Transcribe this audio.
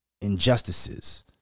injustices